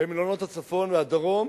במלונות הצפון והדרום,